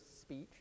speech